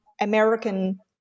American